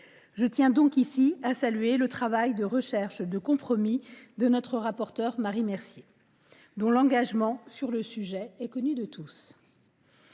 Je tiens ici à saluer le travail et la recherche de compromis de notre rapporteure, Marie Mercier, dont l’engagement sur ce sujet est connu de tous.